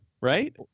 right